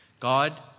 God